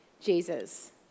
Jesus